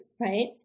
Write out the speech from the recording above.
right